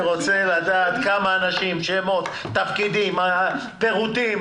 אני רוצה לדעת כמה אנשים, שמות, תפקידים, פירוט.